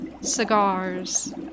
cigars